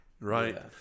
Right